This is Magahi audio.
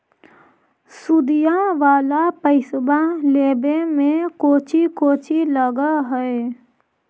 सुदिया वाला पैसबा लेबे में कोची कोची लगहय?